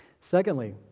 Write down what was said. Secondly